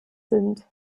sind